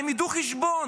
הם ידעו חשבון.